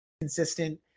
consistent